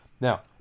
Now